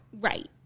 Right